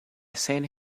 send